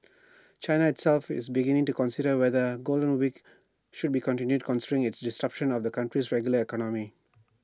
China itself is beginning to consider whether golden weeks should be continued considering its disruptions to the country's regular economy